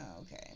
okay